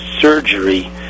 surgery